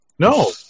No